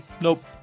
nope